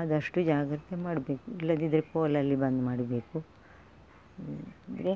ಆದಷ್ಟು ಜಾಗ್ರತೆ ಮಾಡಬೇಕು ಇಲ್ಲದಿದ್ದರೆ ಕೋಲಲ್ಲಿ ಬಂದ್ ಮಾಡಬೇಕು ಅಂದರೆ